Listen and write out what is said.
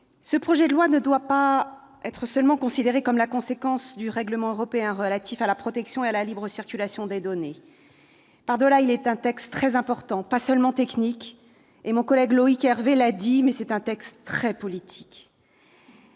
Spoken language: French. ce projet de loi ne doit pas seulement être considéré comme la conséquence du règlement européen relatif à la protection et à la libre circulation des données. C'est un texte très important, pas simplement technique, mais- mon collègue Loïc Hervé l'a dit -très politique.